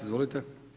Izvolite.